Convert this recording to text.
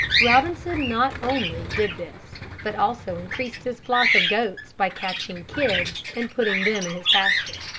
robinson not only did this, but also increased his flock of goats by catching kids and putting them in his pasture.